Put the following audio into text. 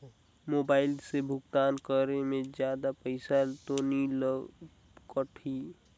Mobile से भुगतान करे मे जादा पईसा तो नि कटही?